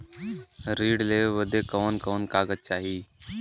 ऋण लेवे बदे कवन कवन कागज चाही?